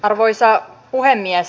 arvoisa puhemies